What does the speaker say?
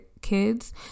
kids